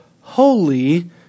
holy